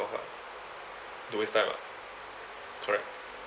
off lah don't waste time ah correct